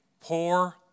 poor